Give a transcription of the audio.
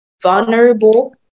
vulnerable